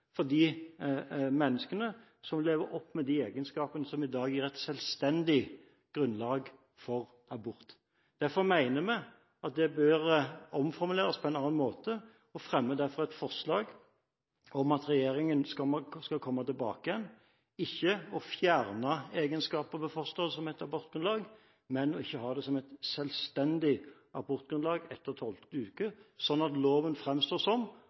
for de menneskene som lever opp med de egenskapene som i dag gir et selvstendig grunnlag for abort. Derfor mener vi at den bør omformuleres, og vi fremmer derfor et forslag om at regjeringen skal komme tilbake igjen, ikke for å fjerne egenskaper ved fosteret som et abortgrunnlag, men for ikke å ha det som et selvstendig abortgrunnlag etter 12. uke, slik at loven framstår som